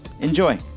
Enjoy